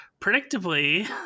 predictably